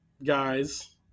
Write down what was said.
guys